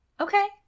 okay